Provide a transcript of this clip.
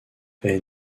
est